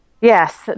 Yes